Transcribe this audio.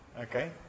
okay